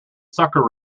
sucker